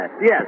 Yes